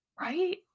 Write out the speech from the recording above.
Right